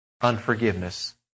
unforgiveness